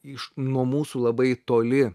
iš nuo mūsų labai toli